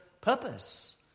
purpose